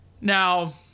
Now